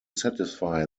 satisfy